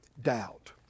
Doubt